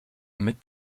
mid